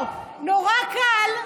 אני אגיד לך למה אנחנו, לא, נורא קל,